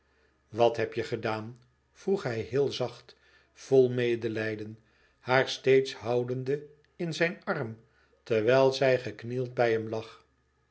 wat heb je gedaan vroeg hij heel zacht vol medelijden haar steeds houdende in zijn arm terwijl zij geknield bij hem lag